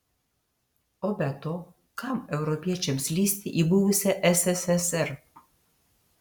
o be to kam europiečiams lįsti į buvusią sssr